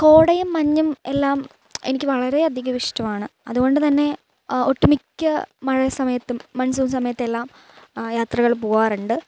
കോടയും മഞ്ഞും എല്ലാം എനിക്ക് വളരെ അധികം ഇഷ്ടമാണ് അതുകൊണ്ടു തന്നെ ഒട്ടുമിക്ക മഴ സമയത്തും മൺസൂൺ സമയത്തെല്ലാം യാത്രകൾ പോവാറുണ്ട്